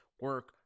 Work